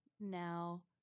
now